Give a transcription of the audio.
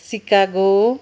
Chicago